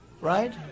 right